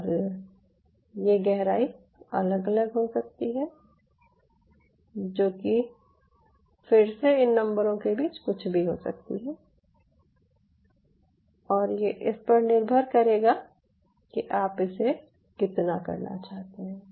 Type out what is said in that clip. और ये गहराई अलग अलग हो सकती है जो कि फिर से इन नंबरों के बीच कुछ भी हो सकती है और ये इस पर निर्भर करेगा कि आप इसे कितना करना चाहते है